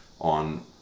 on